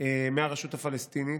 מהרשות הפלסטינית,